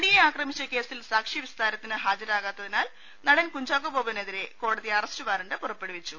നടിയെ ആക്രമിച്ച കേസിൽ സാക്ഷിവീസ്താർത്തിന് ഹാജരാ കാത്തതിനാൽ നടൻ കുഞ്ചാക്കോ ബോബ്നെതിരെ കോടതി അറസ്റ്റ് വാറണ്ട് പുറപ്പെടുവിച്ചു